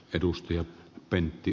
arvoisa puhemies